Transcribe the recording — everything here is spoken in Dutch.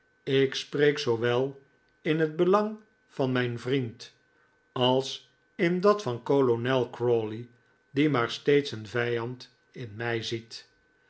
ik spreek zoowel in het belang van mijn vriend als in dat van kolonel crawley die maar steeds een vijand in mij ziet